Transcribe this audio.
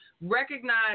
recognize